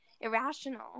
irrational